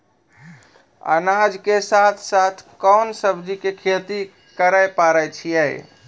अनाज के साथ साथ कोंन सब्जी के खेती करे पारे छियै?